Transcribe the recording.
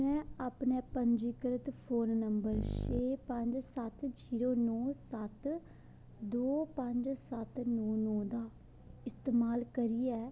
में अपने पंजीकृत फोन नम्बर छे पंज सत्त जीरो नो सत्त दो पंज सत्त नो दा इस्तेमाल करियै